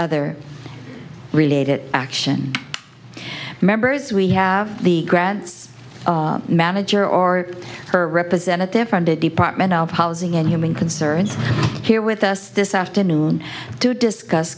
other related action members we have the grants manager or her representative from the department of housing and human concerns here with us this afternoon to discuss